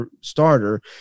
starter